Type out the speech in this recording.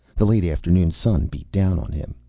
the late afternoon sun beat down on him.